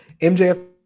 MJF